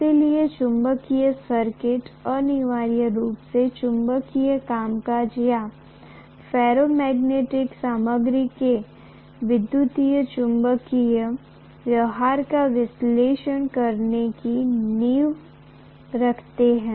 इसलिए चुंबकीय सर्किट अनिवार्य रूप से चुंबकीय कामकाज या फेरोमैग्नेटिक सामग्री के विद्युत चुम्बकीय व्यवहार का विश्लेषण करने की नींव रखते हैं